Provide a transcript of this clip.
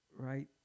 Right